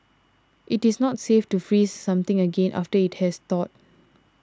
it is not safe to freeze something again after it has thawed